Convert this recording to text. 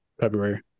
February